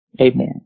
Amen